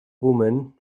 woman